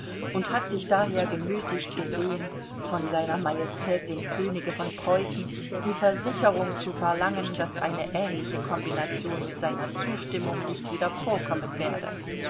und hat sich daher genötigt gesehen von sr majestät dem könige von preußen die versicherung zu verlangen daß eine ähnliche kombination mit seiner zustimmung nicht wieder vorkommen werde